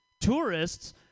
tourists